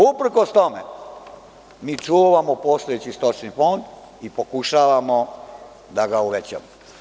Uprkos tome, mi čuvamo postojeći stočni fond i pokušavamo da ga uvećamo.